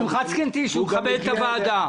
גם הגיע --- שמחת זקנתי שהוא מכבד את הוועדה.